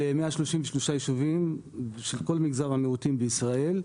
של 133 יישובים, של כל מגזר המיעוטים בישראל.